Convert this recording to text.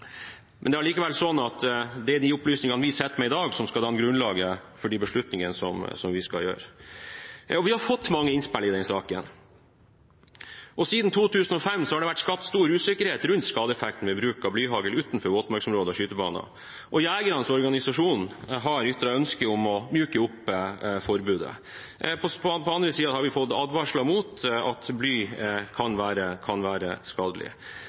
Det er allikevel slik at det er de opplysningene vi sitter med i dag, som skal danne grunnlaget for beslutningen som vi skal gjøre. Vi har fått mange innspill i denne saken. Siden 2005 har det vært skapt stor usikkerhet rundt skadeeffekten ved bruk av blyhagl utenfor våtmarksområder og skytebaner, og jegernes organisasjon har ytret ønske om å myke opp forbudet. På den andre siden har vi fått advarsler om at bly kan være